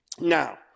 Now